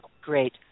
Great